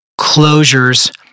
closures